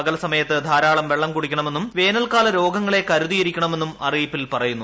പകൽ സമയത്ത് ധാരാളം വെള്ളം കുടിക്കണമെന്നും വേനൽകാല രോഗങ്ങളെ കരുതിയിരിക്കണമെന്നും അറിയിപ്പിൽ പറയുന്നു